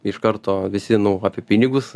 iš karto visi nu apie pinigus